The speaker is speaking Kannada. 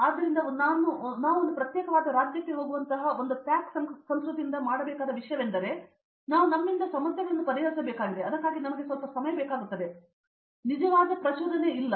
ಆದ್ದರಿಂದ ನಾವು ಒಂದು ಪ್ರತ್ಯೇಕವಾದ ರಾಜ್ಯಕ್ಕೆ ಹೋಗುವಂತಹ ಒಂದು ಪ್ಯಾಕ್ ಸಂಸ್ಕೃತಿಯಿಂದ ಮಾಡಬೇಕಾದ ವಿಷಯವೆಂದರೆ ನಾವು ನಮ್ಮಿಂದ ಸಮಸ್ಯೆಗಳನ್ನು ಪರಿಹರಿಸಬೇಕಾಗಿದೆ ಮತ್ತು ಅದಕ್ಕಾಗಿ ನಮಗೆ ಸ್ವಲ್ಪ ಬೇಕಾಗುತ್ತದೆ ಮತ್ತು ಸ್ವಲ್ಪ ಹೆಚ್ಚು ನಿಜವಾದ ಪ್ರಚೋದನೆಯಿಲ್ಲ